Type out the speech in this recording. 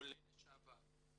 עולה לשעבר,